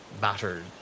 battered